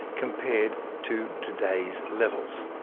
compared to today's levels.